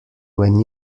when